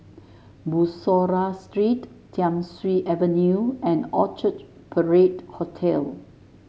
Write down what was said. Bussorah Street Thiam Siew Avenue and Orchard Parade Hotel